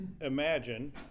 imagine